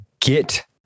get